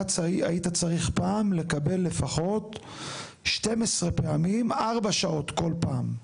אתה היית צריך פעם לקבל לפחות 12 פעמים ארבע שעות כל פעם.